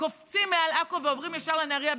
קופצים מעל עכו ועוברים ישר לנהריה,